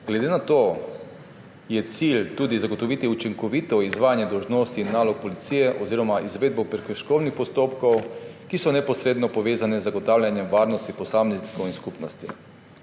Glede na to je cilj tudi zagotoviti učinkovito izvajanje dolžnosti in nalog policije oziroma izvedbo prekrškovnih postopkov, ki so neposredno povezani z zagotavljanjem varnosti posameznikov in skupnosti.